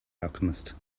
alchemist